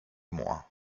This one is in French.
moi